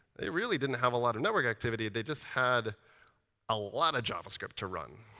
they really didn't have a lot of network activity. they just had a lot of javascript to run.